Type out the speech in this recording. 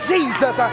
Jesus